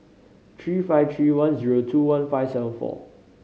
three five three one zero two one five seven four